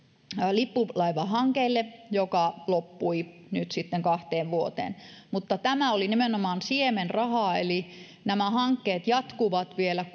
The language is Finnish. lippulaivahankkeelle joka loppui nyt sitten kahteen vuoteen tämä oli nimenomaan siemenrahaa eli nämä hankkeet jatkuvat vielä